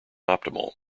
optimal